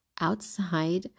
outside